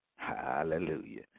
Hallelujah